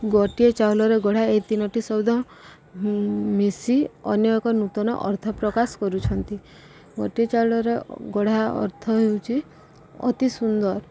ଗୋଟିଏ ଚାଉଳରେ ଗଢ଼ା ଏ ତିନୋଟି ଶବ୍ଦ ମିଶି ଅନେକ ନୂତନ ଅର୍ଥ ପ୍ରକାଶ କରୁଛନ୍ତି ଗୋଟିଏ ଚାଉଳରେ ଗଢ଼ା ଅର୍ଥ ହେଉଛି ଅତି ସୁନ୍ଦର